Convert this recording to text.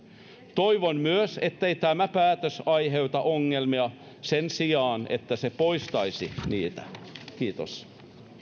toivon myös ettei tämä päätös aiheuta ongelmia sen sijaan että se poistaisi niitä kiitos